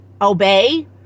obey